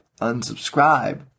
unsubscribe